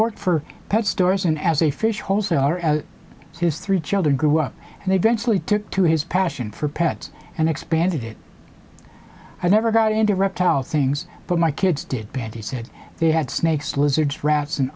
worked for pet stores and as a fish hole so his three children grew up and eventually took to his passion for pets and expanded it i never got into reptile things but my kids did betty said they had snakes lizards rats and